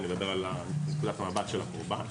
אני מדבר על נקודת המבט של הקורבן.